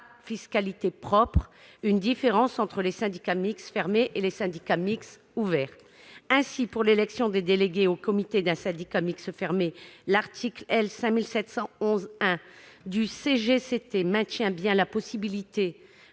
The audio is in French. fiscalité propre, une différence entre les syndicats mixtes fermés et les syndicats mixtes ouverts. Ainsi, pour l'élection des délégués au comité d'un syndicat mixte fermé, l'article L. 5711-1 du CGCT maintient bien la possibilité